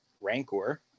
rancor